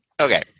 okay